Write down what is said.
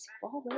forward